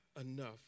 enough